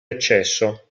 accesso